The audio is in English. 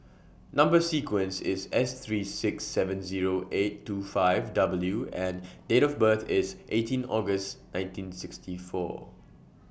Number sequence IS S three six seven Zero eight two five W and Date of birth IS eighteenth August nineteen sixty four